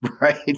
right